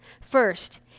First